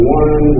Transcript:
one